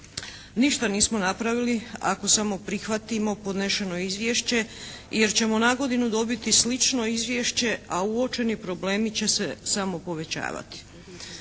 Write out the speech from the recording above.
Ništa nismo napravili ako samo prihvatimo podnešeno izvješće jer ćemo na godinu dobiti slično izvješće, a uočeni problemi će se samo povećavati.